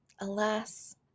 Alas